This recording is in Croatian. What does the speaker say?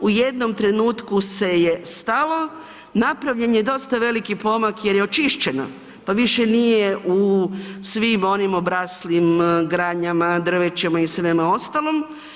U jednom trenutku se je stalo, napravljen je dosta veliki pomak jer je očišćeno pa više nije u svim onim obraslim granama, drvećem i svemu ostalom.